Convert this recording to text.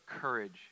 courage